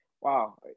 Wow